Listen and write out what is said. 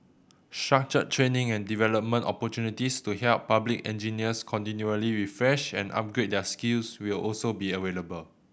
structured training and development opportunities to help public engineers continually refresh and upgrade their skills will also be available